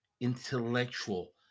intellectual